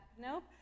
Nope